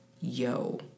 yo